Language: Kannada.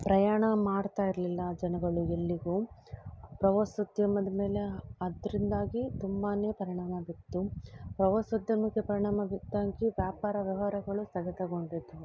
ಪ್ರಯಾಣ ಮಾಡ್ತಾ ಇರಲಿಲ್ಲ ಜನಗಳು ಎಲ್ಲಿಗೂ ಪ್ರವಾಸೋದ್ಯಮದ ಮೇಲೆ ಅದರಿಂದಾಗಿ ತುಂಬಾ ಪರಿಣಾಮ ಬಿತ್ತು ಪ್ರವಾಸೋದ್ಯಮಕ್ಕೆ ಪರಿಣಾಮ ಬಿದ್ದಾಗಿ ವ್ಯಾಪಾರ ವ್ಯವಹಾರಗಳು ಸ್ಥಗಿತಗೊಂಡಿದ್ದವು